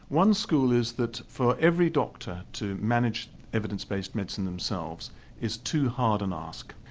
one school is that for every doctor to manage evidence based medicine themselves is too hard an ask.